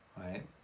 right